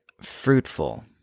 fruitful